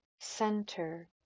center